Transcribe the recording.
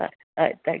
ಹಾಂ ಆಯ್ತು ಆಯ್ತು